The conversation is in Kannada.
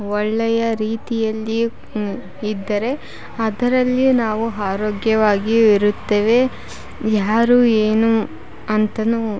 ಒಳ್ಳೆಯ ರೀತಿಯಲ್ಲಿ ಇದ್ದರೆ ಅದರಲ್ಲಿಯೂ ನಾವು ಆರೋಗ್ಯವಾಗಿಯೂ ಇರುತ್ತೇವೆ ಯಾರು ಏನು ಅಂತನು